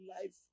life